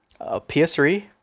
PS3